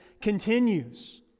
continues